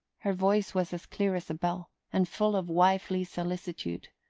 her voice was as clear as a bell, and full of wifely solicitude.